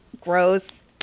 gross